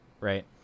right